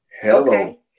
Hello